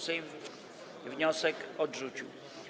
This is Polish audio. Sejm wniosek odrzucił.